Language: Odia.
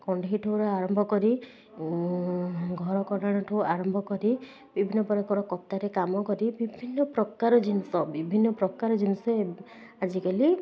କଣ୍ଢେଇ ଠୁ ରୁ ଆରମ୍ଭ କରି ଘରକରଣା ଠୁ ଆରମ୍ଭ କରି ବିଭିନ୍ନ ପ୍ରକାର କତାରେ କାମ କରି ବିଭିନ୍ନ ପ୍ରକାର ଜିନିଷ ବିଭିନ୍ନ ପ୍ରକାର ଜିନିଷ ଏବ ଆଜିକାଲି